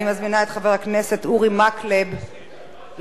אני מזמינה את חבר הכנסת אורי מקלב לבוא.